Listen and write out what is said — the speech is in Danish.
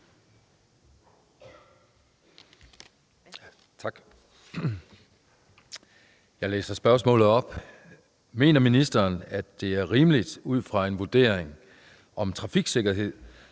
Jeg læser spørgsmålet op: Mener ministeren, at det er rimeligt ud fra en vurdering om trafiksikkerhed,